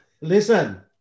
Listen